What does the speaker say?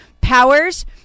Powers